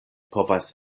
povas